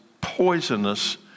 poisonous